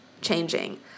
changing